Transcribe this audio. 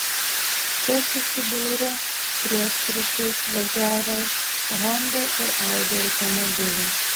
čia susidūrė priešpriešiais važiavę honda ir audi automobiliai